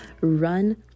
run